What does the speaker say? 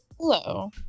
Hello